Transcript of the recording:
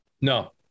No